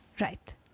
Right